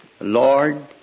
Lord